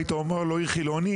היית אומר לו: עיר חילונית,